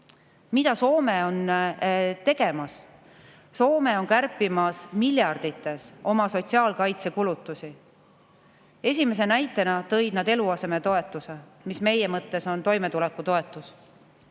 Mida Soome on tegemas? Soome on kärpimas miljardites oma sotsiaalkaitsekulutusi. Esimese näitena tõid nad eluasemetoetuse, mis meie mõttes on toimetulekutoetus.